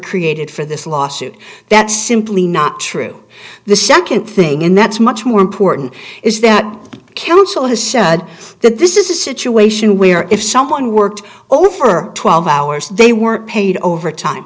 created for this lawsuit that's simply not true the second thing and that's much more important is that counsel has said that this is a situation where if someone worked over twelve hours they were paid overtime